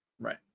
right